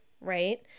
Right